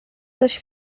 coś